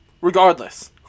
Regardless